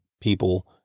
people